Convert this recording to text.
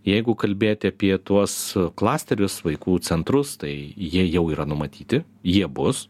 jeigu kalbėti apie tuos klasterius vaikų centrus tai jie jau yra numatyti jie bus